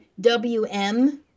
W-M